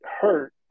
hurt